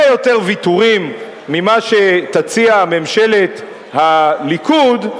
יותר ויתורים ממה שתציע ממשלת הליכוד,